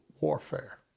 warfare